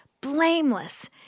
blameless